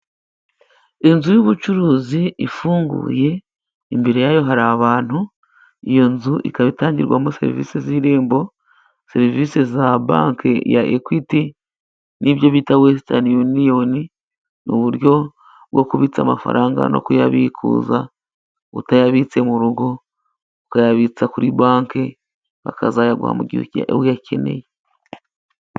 Inzu y'ubucuruzi ifunguye. Imbere yayo hari abantu. Iyo nzu ikaba itangirwamo serivisi z'irembo, serivisi za banki ya Ekwiti n'ibyo bita wesiti yuniyoni. Ni uburyo bwo kubitsa amafaranga no kuyabikuza utayabitse mu rugo, ukayabitsa kuri banki bakazayaguha mu gihe uyakeneye.